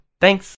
Thanks